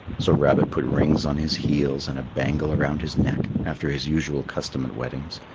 so rabbit put rings on his heels and a bangle around his neck, after his usual custom at weddings,